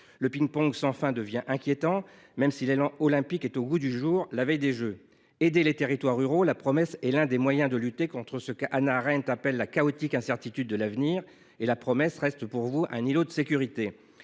Le ping pong sans fin devient inquiétant, même si l’élan olympique est au goût du jour à la veille des jeux. Aidez les territoires ruraux ! La promesse est l’un des moyens de lutter contre ce qu’Hannah Arendt appelait « la chaotique incertitude de l’avenir », mais la promesse reste pour vous un îlot de sécurité.